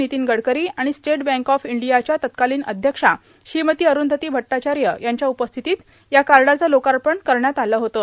नितीन गडकरी आणि state bank of इंडियाचे तत्कालीन अध्यक्षा श्रीमती अठंधती भड्टाचार्य यांच्या उपस्थित या कार्डाचं लोकार्पण करण्यात आलं होतं